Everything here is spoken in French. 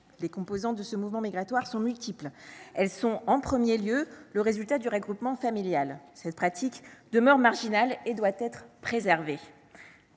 Les composantes de ce mouvement migratoire sont multiples. Elles sont, en premier lieu, le résultat du regroupement familial. Cette pratique demeure marginale et doit être préservée